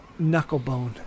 Knucklebone